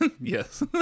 Yes